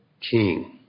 King